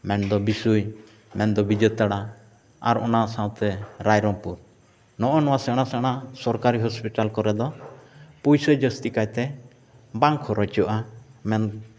ᱢᱮᱱᱫᱚ ᱵᱤᱥᱚᱭ ᱢᱮᱱᱫᱚ ᱵᱤᱡᱚᱭ ᱛᱟᱲᱟ ᱟᱨ ᱚᱱᱟ ᱥᱟᱶᱛᱮ ᱨᱟᱭᱨᱚᱝᱯᱩᱨ ᱱᱚᱜᱼᱚᱭ ᱱᱚᱣᱟ ᱥᱮᱬᱟ ᱥᱮᱬᱟ ᱥᱚᱨᱠᱟᱨᱤ ᱦᱚᱥᱯᱤᱴᱟᱞ ᱠᱚᱨᱮ ᱫᱚ ᱯᱩᱭᱥᱟᱹ ᱡᱟᱹᱥᱛᱤ ᱠᱟᱭᱛᱮ ᱵᱟᱝ ᱠᱷᱚᱨᱚᱪᱚᱜᱼᱟ